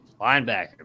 Linebacker